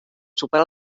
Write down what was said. superar